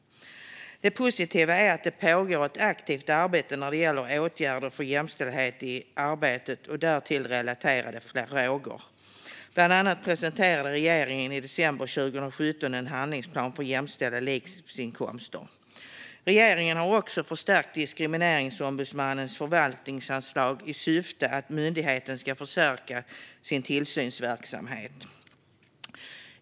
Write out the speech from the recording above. Det positiva är att det pågår ett aktivt arbete när det gäller åtgärder för jämställdhet i arbetet och därtill relaterade frågor. Bland annat presenterade regeringen i december 2017 en handlingsplan för jämställda livsinkomster. Regeringen har också förstärkt Diskrimineringsombudsmannens förvaltningsanslag i syfte att myndigheten ska förstärka sin tillsynsverksamhet.